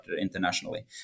internationally